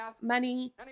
Money